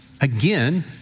Again